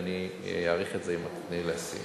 ואני אעריך את זה אם את תיתני לי לסיים.